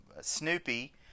Snoopy